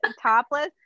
topless